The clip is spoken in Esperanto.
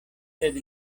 sed